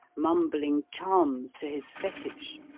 mumbling charms to his fetich.